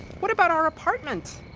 what about our apartment?